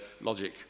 logic